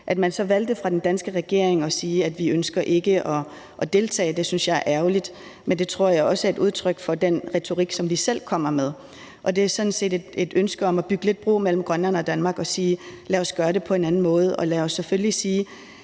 At man så fra den danske regerings side valgte at sige, at de ikke ønsker at deltage, synes jeg er ærgerligt, men det tror jeg også er et udtryk for den retorik, som vi selv kommer med. Det er sådan set et ønske om at bygge bro mellem Danmark og Grønland og sige: Lad os gøre det på en anden måde, og lad os selvfølgelig sige,